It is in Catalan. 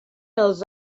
els